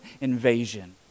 invasion